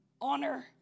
Honor